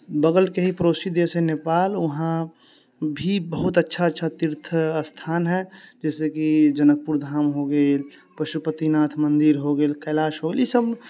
बगल के ही पड़ोसी देश हय नेपाल उहाँ भी बहुत अच्छा अच्छा तीर्थ स्थान हय जैसे कि जनकपुरधाम हो गेल पशुपतिनाथ मन्दिर हो गेल कैलाश हो गेल ई सब